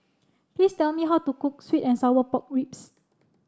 please tell me how to cook sweet and sour pork ribs